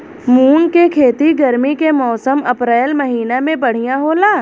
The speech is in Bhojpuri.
मुंग के खेती गर्मी के मौसम अप्रैल महीना में बढ़ियां होला?